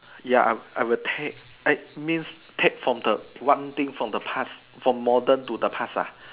ya I I would take eh means take from the one thing from the past from modern to the past ah